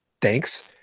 thanks